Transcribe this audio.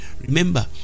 Remember